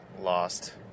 lost